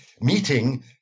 meeting